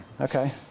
okay